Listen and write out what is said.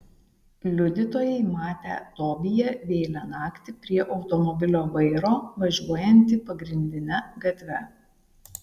liudytojai matę tobiją vėlią naktį prie automobilio vairo važiuojantį pagrindine gatve